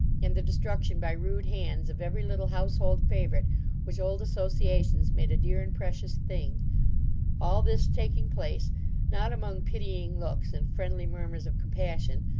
and the destruction by rude hands of every little household favourite which old associations made a dear and precious thing all this taking place not among pitying looks and friendly murmurs of compassion,